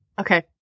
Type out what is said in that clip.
okay